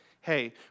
hey